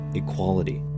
equality